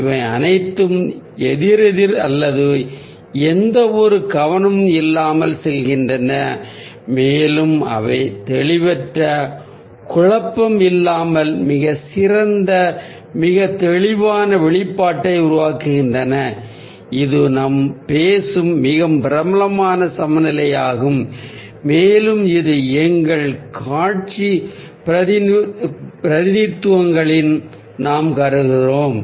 இவை அனைத்தும் எதிரெதிர் அல்லது எந்தவொரு கவனமும் இல்லாமல் செல்கின்றன மேலும் அவை தெளிவற்ற குழப்பம் இல்லாமல் மிகச் சிறந்த மிகத் தெளிவான வெளிப்பாட்டை உருவாக்குகின்றன இது நாம் பேசும் மிகவும் பிரபலமான சமநிலையாகும் மேலும் இதை எங்கள் காட்சி பிரதிநிதித்துவங்களில் நாம் கருதுகிறோம்